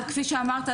כפי שאמרת,